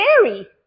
scary